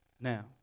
now